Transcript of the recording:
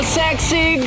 sexy